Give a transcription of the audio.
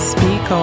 Speak